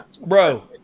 bro